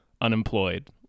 unemployed